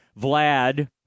Vlad